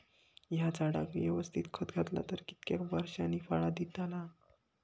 हया झाडाक यवस्तित खत घातला तर कितक्या वरसांनी फळा दीताला?